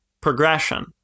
progression